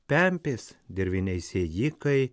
pempės dirviniai sėjikai